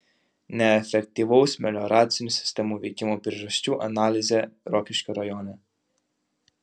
neefektyvaus melioracinių sistemų veikimo priežasčių analizė rokiškio rajone